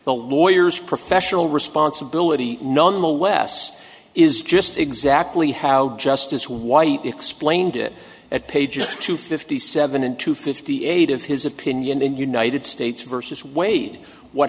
the lawyers professional responsibility none the less is just exactly how justice white explained it at pages two fifty seven and two fifty eight of his opinion in united states versus wade what